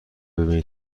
ببینی